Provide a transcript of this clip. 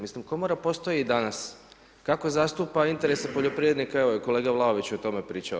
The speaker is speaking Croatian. Mislim Komora postoji i danas, kako zastupa interese poljoprivrednika, evo i kolega Vlaović je o tome pričao.